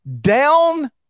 down